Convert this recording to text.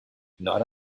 not